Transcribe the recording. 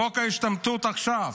חוק השתמטות עכשיו.